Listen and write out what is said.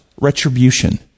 retribution